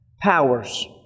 powers